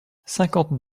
cinquante